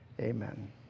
Amen